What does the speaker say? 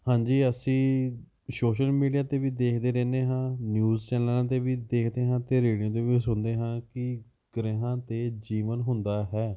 ਹਾਂਜੀ ਅਸੀਂ social media 'ਤੇ ਵੀ ਦੇਖਦੇ ਰਹਿੰਦੇ ਹਾਂ ਨਿਊਜ਼ ਚੈਨਲਾਂ 'ਤੇ ਵੀ ਦੇਖਦੇ ਹਾਂ ਅਤੇ ਰੇਡੀਓ 'ਤੇ ਵੀ ਸੁਣਦੇ ਹਾਂ ਕਿ ਗ੍ਰਹਿਾਂ 'ਤੇ ਜੀਵਨ ਹੁੰਦਾ ਹੈ